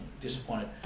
disappointed